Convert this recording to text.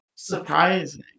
surprising